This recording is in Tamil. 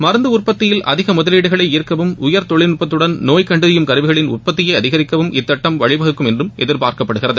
மருந்து உற்பத்தியில் அதிக முதலீடுகளை ார்க்கவும் உயர் தொழில்நுட்பத்துடன் நோய் கண்டறியும் கருவிகளின் உற்பத்தியை அதிகரிக்கவும் இத்திட்டம் வழிவகுக்கும் என்றும் எதிர்பார்க்கப்படுகிறது